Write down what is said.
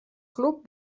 club